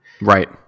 right